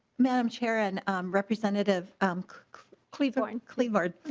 mme. um chair and representative klevorn klevorn